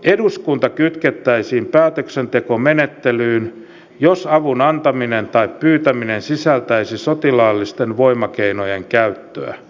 eduskunta kytkettäisiin päätöksentekomenettelyyn jos avun antaminen tai pyytäminen sisältäisi sotilaallisten voimakeinojen käyttöä